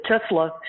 Tesla